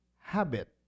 habit